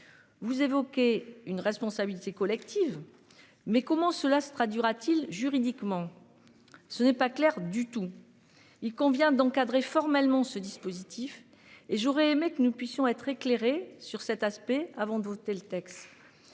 Vous évoquez une responsabilité collective. Mais comment cela se traduira-t-il juridiquement. Ce n'est pas clair du tout. Il convient d'encadrer formellement ce dispositif et j'aurais aimé que nous puissions être éclairé sur cet aspect avant de voter le texte.